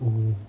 oo